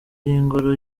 y’ingoro